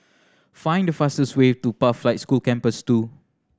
find the fastest way to Pathlight School Campus Two